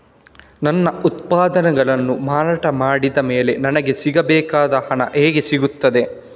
ನನ್ನ ಉತ್ಪನ್ನಗಳನ್ನು ಮಾರಾಟ ಮಾಡಿದ ಮೇಲೆ ನನಗೆ ಸಿಗಬೇಕಾದ ಹಣ ಹೇಗೆ ಸಿಗುತ್ತದೆ?